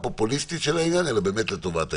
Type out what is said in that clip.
הפופוליסטית של העניין אלא באמת לטובת העניין.